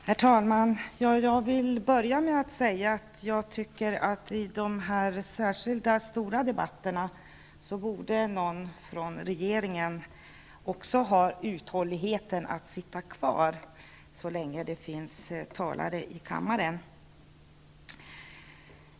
Herr talman! Till att börja med tycker jag att vid dessa särskilda stora debatter också någon från regeringen borde ha uthållighet att sitta kvar så länge som det finns talare i kammaren.